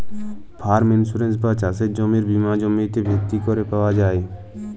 farm insurance বা চাসের জমির বীমা জমিতে ভিত্তি ক্যরে পাওয়া যায়